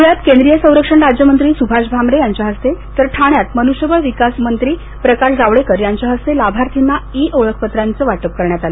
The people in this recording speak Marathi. ध्वळयात केंद्रीय संरक्षण राज्यमंत्री सुभाष भामरे यांच्या हस्ते तर ठाण्यात मन्ष्यबळ विकासमंत्री प्रकाश जावडेकर यांच्या हस्ते लाभार्थींना ई ओळखपत्रांचं वाटप करण्यात आलं